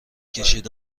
کشید